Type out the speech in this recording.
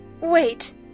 Wait